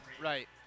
Right